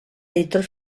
editor